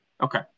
okay